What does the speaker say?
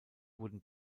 wurden